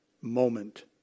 moment